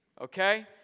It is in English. Okay